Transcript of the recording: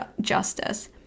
justice